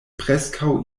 preskaŭ